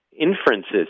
inferences